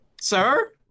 sir